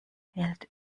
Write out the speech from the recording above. hält